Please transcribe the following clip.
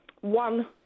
one